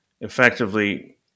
effectively